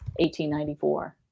1894